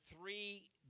three